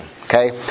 okay